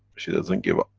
she doesn't give up.